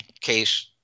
case